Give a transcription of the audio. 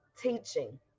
teaching